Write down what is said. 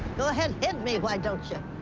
go ahead, hit me, why don't you?